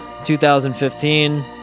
2015